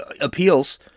appeals